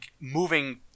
moving